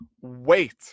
wait